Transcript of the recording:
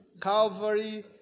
Calvary